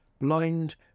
Blind